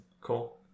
cool